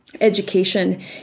education